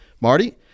marty